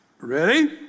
Ready